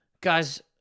guys